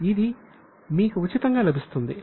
ఇది మీకు ఉచితంగా లభిస్తుంది